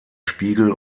spiegel